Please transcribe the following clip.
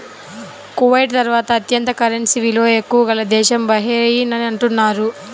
Kuwait తర్వాత అత్యంత currency విలువ ఎక్కువ గల దేశం బహ్రెయిన్ అని అంటున్నారు